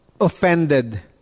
offended